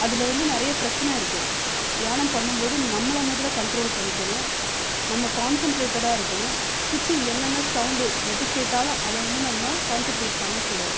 அதில் வந்து நிறைய பிரச்சனை இருக்கு தியானம் பண்ணும் போது நம்மள முதல்ல கன்ட்ரோல் பண்ணிக்கணும் நம்ம கான்சென்ட்ரேடடாக இருக்கணும் சுற்றி என்னென்ன சவுண்டு எது கேட்டாலும் அதை வந்து நம்ம கான்சென்ட்ரேட் பண்ண கூடாது